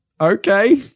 okay